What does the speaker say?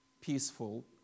peaceful